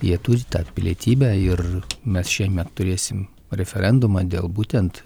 jie turi tą pilietybę ir mes šiemet turėsim referendumą dėl būtent